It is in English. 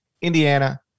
Indiana